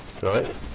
Right